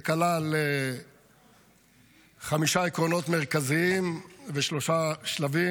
זה כלל חמישה עקרונות מרכזיים ושלושה שלבים.